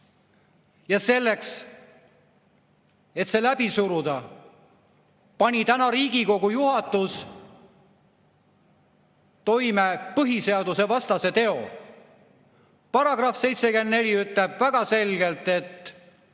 Ja selleks, et see läbi suruda, pani täna Riigikogu juhatus toime põhiseadusevastase teo. Paragrahv 74 ütleb väga selgelt, et